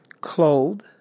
clothed